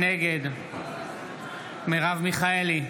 נגד מרב מיכאלי,